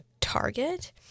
Target